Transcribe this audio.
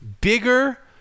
Bigger